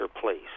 place